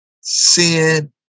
sin